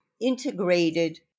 integrated